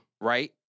Right